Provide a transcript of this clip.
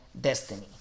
destiny